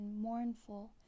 mournful